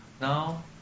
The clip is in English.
now